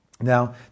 Now